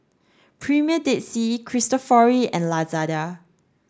Premier Dead Sea Cristofori and Lazada